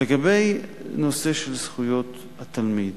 לגבי הנושא של זכויות התלמיד.